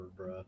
bruh